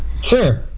sure